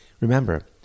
Remember